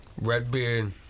Redbeard